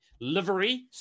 livery